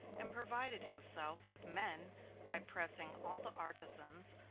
and provided himself with men by pressing all the artisans,